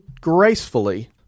gracefully